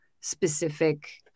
specific